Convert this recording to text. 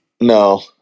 No